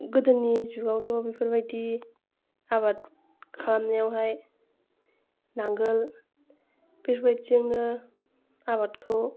गोदोनि जुगावथ' बिफोरबायदि आबाद खालामनायावहाय नांगोल बिफोरबायदिआवनो आबादखौ